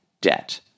debt